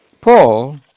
Paul